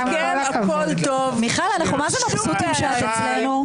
מיכל, אנחנו מרוצים שאת אצלנו.